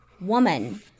woman